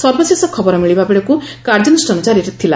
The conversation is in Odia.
ସର୍ବଶେଷ ଖବଳ ମିଳିବା ବେଳକୁ କାର୍ଯ୍ୟାନୁଷ୍ଠାନ ଜାରି ଥିଲା